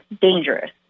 dangerous